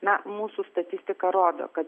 na mūsų statistika rodo kad